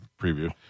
preview